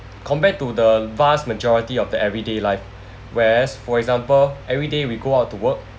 compared to the vast majority of the everyday life whereas for example everyday we go out to work